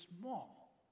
small